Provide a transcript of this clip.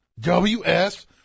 WS